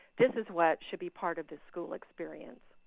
this is what should be part of the school experience.